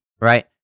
right